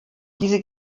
diese